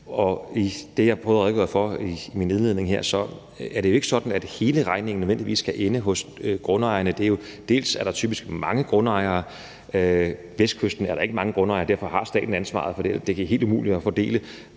Det, jeg prøvede at redegøre for i min indledning her, var, at det jo så ikke er sådan, at hele regningen nødvendigvis skal ende hos grundejerne. Dels er der typisk mange grundejere – på Vestkysten er der ikke mange grundejere, og derfor har staten ansvaret for det, så det bliver helt umuligt at fordele